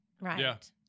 Right